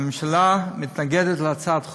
הממשלה מתנגדת להצעת החוק.